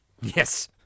Yes